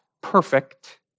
perfect